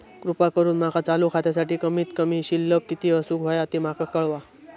कृपा करून माका चालू खात्यासाठी कमित कमी शिल्लक किती असूक होया ते माका कळवा